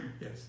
yes